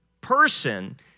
person